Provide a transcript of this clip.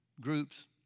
groups